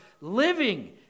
living